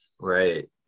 Right